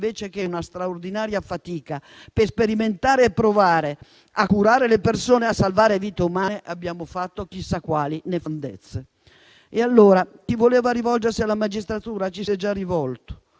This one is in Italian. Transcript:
anziché una straordinaria fatica per sperimentare e provare a curare le persone e a salvare vite umane, abbiamo fatto chissà quali nefandezze. Ma chi voleva rivolgersi alla magistratura ci si è già rivolto